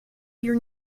your